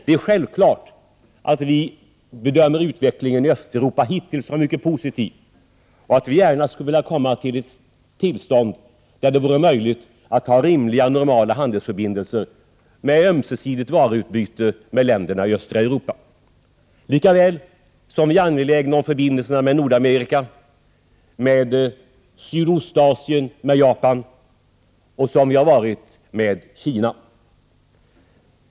Det är självklart att vi bedömer utvecklingen i Östeuropa hittills som mycket positiv och att vi gärna skulle vilja komma till ett tillstånd där det vore möjligt att ha rimliga, normala handelsförbindelser med ömsesidigt varuutbyte med länderna i östra Europa, likaväl som vi är angelägna om förbindelserna med Nordamerika, Sydostasien, Japan och likaväl som vi har varit det i fråga om Kina.